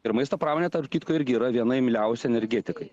ir maisto pramonė tarp kitko irgi yra viena imliausių energetikai